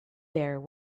there